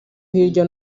hirya